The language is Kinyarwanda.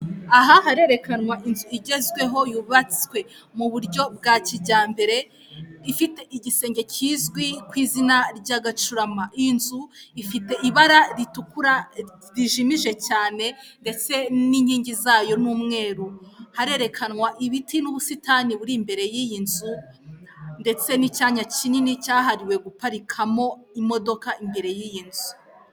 Aha harerekanwa inzu igezweho yubatswe mu buryo bwa kijyambere, ifite igisenge kizwi ku izina rya gacurama, iyi nzu ifite ibara ritukura rijimije cyane ndetse n'inkingi zayo, ni umweru harerekanwa ibiti n'ubusitani buri imbere y'iyi nzu ndetse n'icyanya kinini cyahariwe guparikamo imodoka imbere y'iyi nzu.